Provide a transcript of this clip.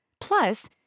Plus